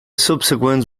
subsequent